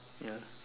ya